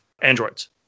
androids